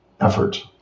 effort